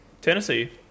Tennessee